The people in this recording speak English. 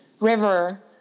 River